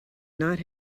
not